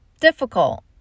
Difficult